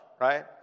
right